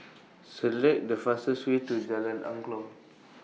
Select The fastest Way to Jalan Angklong